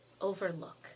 overlook